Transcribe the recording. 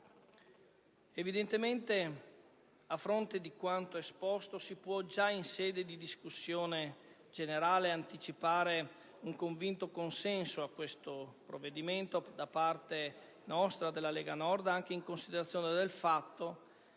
ed urgente. A fronte di quanto esposto si può già, in sede di discussione generale, anticipare un convinto consenso a questo provvedimento da parte Lega della Nord, anche in considerazione del fatto